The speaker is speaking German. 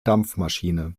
dampfmaschine